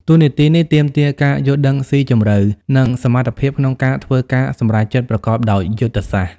តួនាទីនេះទាមទារការយល់ដឹងស៊ីជម្រៅ និងសមត្ថភាពក្នុងការធ្វើការសម្រេចចិត្តប្រកបដោយយុទ្ធសាស្ត្រ។